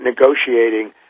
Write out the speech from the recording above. negotiating